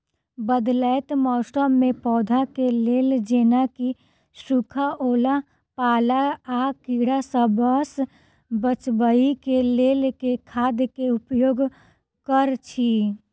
बदलैत मौसम मे पौधा केँ लेल जेना की सुखा, ओला पाला, आ कीड़ा सबसँ बचबई केँ लेल केँ खाद केँ उपयोग करऽ छी?